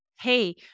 hey